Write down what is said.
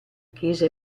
chiesa